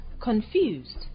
confused